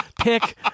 pick